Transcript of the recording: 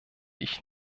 ich